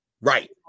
Right